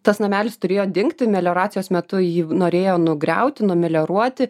tas namelis turėjo dingti melioracijos metu jį norėjo nugriauti numelioruoti